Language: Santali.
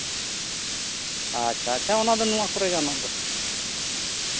ᱟᱪᱪᱷᱟ ᱟᱪᱪᱷᱟ ᱚᱱᱟ ᱫᱚ ᱱᱚᱣᱟ ᱠᱚᱨᱮ ᱜᱟᱱᱚᱜ ᱫᱚ